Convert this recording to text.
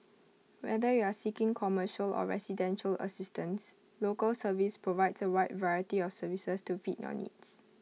whether you are seeking commercial or residential assistance Local Service provides A wide variety of services to fit your needs